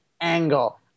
Angle